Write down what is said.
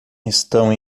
estão